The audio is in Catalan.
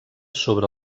sobre